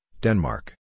Denmark